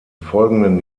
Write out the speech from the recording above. folgenden